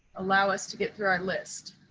allow us to get through our list.